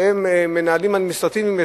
שהם מנהלים אדמיניסטרטיביים,